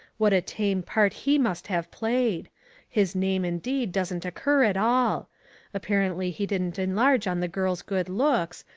what a tame part he must have played his name indeed doesn't occur at all apparently he didn't enlarge on the girl's good looks,